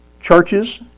churches